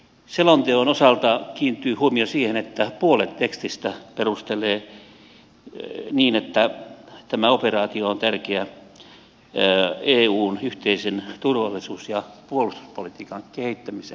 selonteon osalta kiinnittyy huomio siihen että puolet tekstistä perustelee niin että tämä operaatio on tärkeä eun yhteisen turvallisuus ja puolustuspolitiikan kehittämisen kannalta